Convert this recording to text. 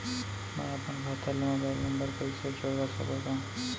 मैं अपन खाता ले मोबाइल नम्बर कइसे जोड़वा सकत हव?